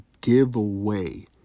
giveaway